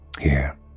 Here